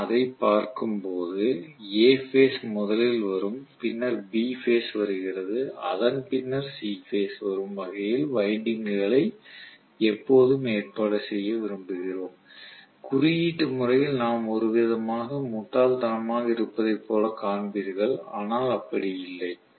நாம் அதைப் பார்க்கும்போது A பேஸ் முதலில் வரும் பின்னர் B பேஸ் வருகிறது அதன் பின்னர் C பேஸ் வரும் வகையில் வைண்டிங்க்குகளை எப்போதும் ஏற்பாடு செய்ய விரும்புகிறோம் குறியீட்டு முறையில் நாம் ஒருவிதமாக முட்டாள்தனமாக இருப்பதைப் போல காண்பீர்கள் ஆனால் அப்படி இல்லை